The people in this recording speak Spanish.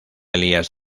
elías